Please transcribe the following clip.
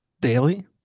daily